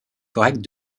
correcte